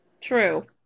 true